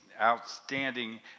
outstanding